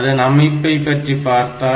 அதன் அமைப்பை பற்றி பார்த்தால்